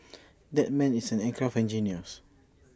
that man is an aircraft engineers